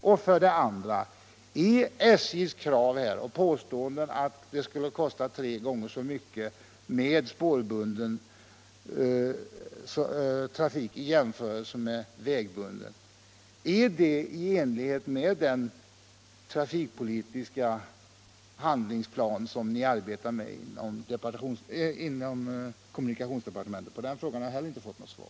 Står SJ:s krav — och påstående att det skulle kosta tre gånger så mycket med spårbunden trafik som med vägbunden — i överensstämmelse med den trafikpolitiska handlingsplan som ni arbetar med inom kommunikationsdepartementet? På den frågan har jag inte heller fått något svar.